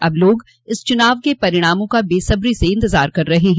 अब लोग इस चुनाव के परिणामों का बेसब्री से इंतजार कर रहे हैं